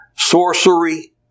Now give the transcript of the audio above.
sorcery